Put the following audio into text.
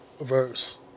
verse